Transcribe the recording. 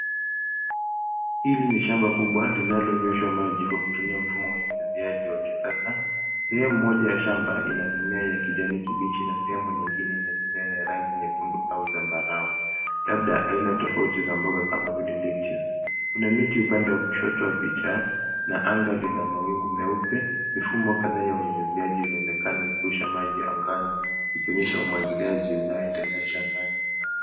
Hili ni shamba kubwa linalonyweshwa maji kwa kutumiaji mfumo wa unyunyiziaji wa kisasa. Sehemu moja ya shamba, ina mimea ya kijani kibichi na sehemu nyingine ile mimea ya rangi nyekundu au zambarau, labda aina tofauti za mboga kama zile letils. Kuna miti upande wa kushoto wa picha na anga lina mawingu meupe, mifumo kadhaa ya unyunyuziaji inaonekana ikirusha maji angani, ikionyesha umwagiliaji unayeendelea shambani.